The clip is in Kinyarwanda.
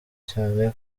cyane